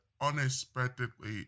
unexpectedly